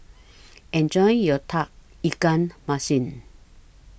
Enjoy your Tauge Ikan Masin